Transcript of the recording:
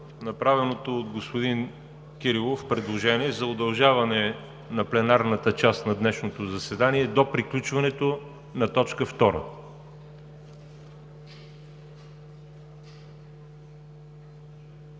направеното от господин Кирилов предложение за удължаване на пленарната част на днешното заседание до приключването на точка